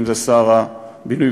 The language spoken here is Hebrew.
אם זה שר הבינוי,